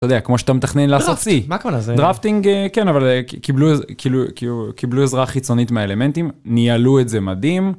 אתה יודע, כמו שאתה מתכנן לעשות סי, דרפטינג כן, אבל קיבלו עזרה חיצונית מהאלמנטים, ניהלו את זה מדהים.